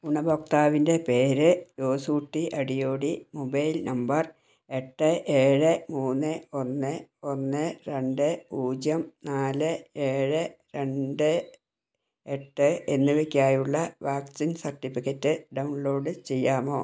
ഗുണഭോക്താവിൻ്റെ പേര് Josootty Adiyodi mobile number എട്ട് ഏഴ് മൂന്ന് ഒന്ന് ഒന്ന് രണ്ട് പൂജ്യം നാല് ഏഴ് രണ്ട് എട്ട് എന്നിവയ്ക്കായുള്ള വാക്സിൻ സർട്ടിഫിക്കറ്റ് ഡൗൺലോഡ് ചെയ്യാമോ